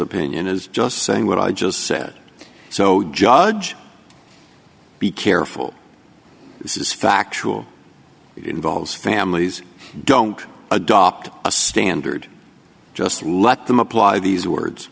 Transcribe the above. opinion as just saying what i just said so judge be careful this is factual it involves families don't adopt a standard just let them apply these words